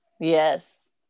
Yes